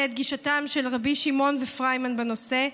את גישתם של רבי שמעון ופריימן בנושא.